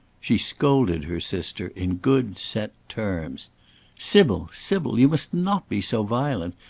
she scolded her sister in good, set terms sybil, sybil! you must not be so violent.